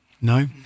No